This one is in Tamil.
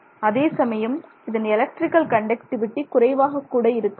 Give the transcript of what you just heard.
அதேசமயம் இதன் எலெக்ட்ரிக்கல் கண்டக்டிவிடி குறைவாகக் கூட இருக்கலாம்